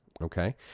okay